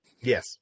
Yes